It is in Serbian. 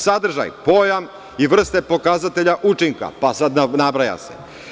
Sadržaj, pojam i vrste pokazatelja učinka, pa sada nabraja se.